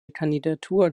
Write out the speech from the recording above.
kandidatur